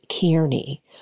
Kearney